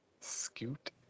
scoot